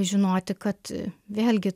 žinoti kad vėlgi